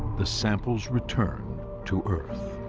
the samples return to earth.